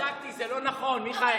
בדקתי, זה לא נכון, מיכאל.